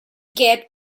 get